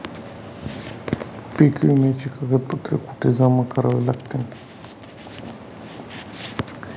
पीक विम्याची कागदपत्रे कुठे जमा करावी लागतील?